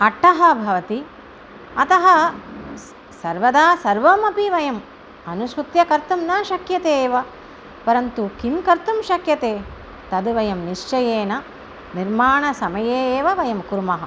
अट्टः भवति अतः स् सर्वदा सर्वमपि वयम् अनुसृत्य कर्तुं न शक्यते एव परन्तु किं कर्तुं शक्यते तद् वयं निश्चयेन निर्माणसमये एव वयं कुर्मः